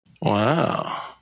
Wow